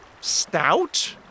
stout